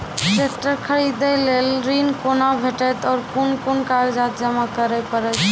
Tractor खरीदै लेल ऋण कुना भेंटते और कुन कुन कागजात जमा करै परतै?